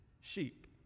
Sheep